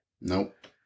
Nope